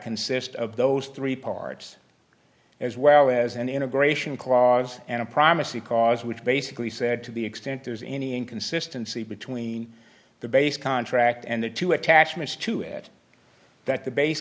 consists of those three parts as well as an integration clause and a primacy cause which basically said to the extent there's any inconsistency between the base contract and the two attachments to it that the base